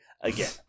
again